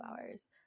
hours